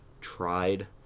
tried